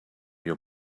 your